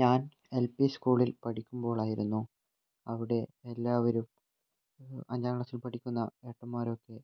ഞാൻ L P സ്കൂളിൽ പഠിക്കുമ്പോളായിരുന്നു അവിടെ എല്ലാവരും അഞ്ചാം ക്ലാസ്സിൽ പഠിക്കുന്ന ഏട്ടന്മാരൊക്കെ